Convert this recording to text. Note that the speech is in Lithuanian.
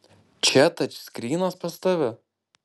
čia tačskrynas pas tave